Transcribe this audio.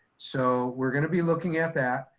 so we're gonna be looking at that,